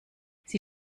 sie